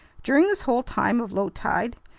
during this whole time of low tide,